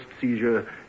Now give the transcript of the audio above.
seizure